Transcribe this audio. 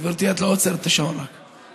גברתי, את לא עוצרת את השעון, רק.